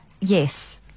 yes